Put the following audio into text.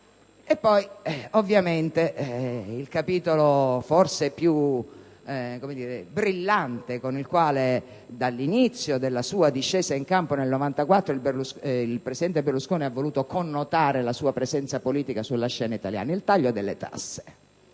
E poi, ovviamente, il capitolo forse più brillante con il quale dall'inizio della sua discesa in campo, nel 1994, il presidente Berlusconi ha voluto connotare la sua presenza politica sulla scena italiana: il taglio delle tasse.